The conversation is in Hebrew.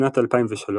בשנת 2003,